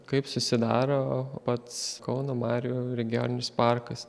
kaip susidaro pats kauno marių regioninis parkas